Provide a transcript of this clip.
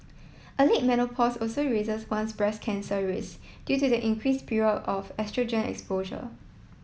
a late menopause also raises one's breast cancer risk due to the increased period of oestrogen exposure